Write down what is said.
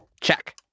Check